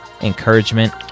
encouragement